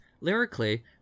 lyrically